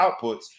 outputs